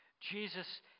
Jesus